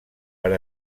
per